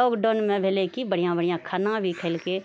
लॉकडाउनमे भेलै कि बढ़िआँ बढ़िआँ खाना भी खेलकै